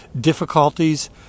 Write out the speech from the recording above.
difficulties